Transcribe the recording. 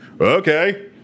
Okay